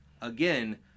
again